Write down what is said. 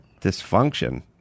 dysfunction